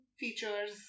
features